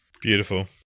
Beautiful